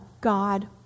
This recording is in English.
God